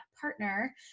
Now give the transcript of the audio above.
partner